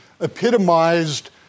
epitomized